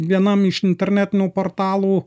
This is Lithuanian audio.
vienam iš internetinių portalų